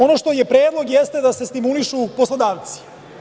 Ono što je predlog, jeste da se stimulišu poslodavci.